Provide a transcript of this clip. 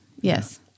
Yes